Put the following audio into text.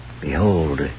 Behold